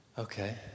Okay